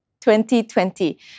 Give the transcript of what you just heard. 2020